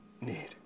need